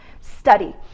study